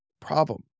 Problem